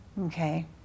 okay